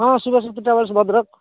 ହଁ ଶିବଶକ୍ତି ଟ୍ରାଭେଲ୍ସ୍ ଭଦ୍ରକ